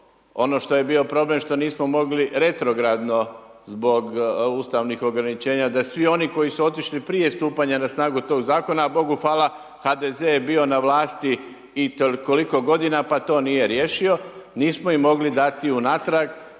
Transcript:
Ono što je bio problem što nismo mogli retrogradno, zbog ustavnih ograničenja, da svi oni koji su otišli prije stupanja na snagu tog zakona, Bogu hvala HDZ je bio na vlasti koliko g. pa to nije riješio. Nismo im mogli dati unatrag